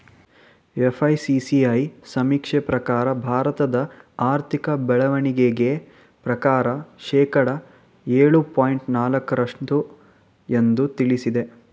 FICCI ಸಮೀಕ್ಷೆ ಪ್ರಕಾರ ಭಾರತದ ಆರ್ಥಿಕ ಬೆಳವಣಿಗೆ ಪ್ರಕಾರ ಶೇಕಡ ಏಳು ಪಾಯಿಂಟ್ ನಾಲಕ್ಕು ರಷ್ಟು ಎಂದು ತಿಳಿಸಿದೆ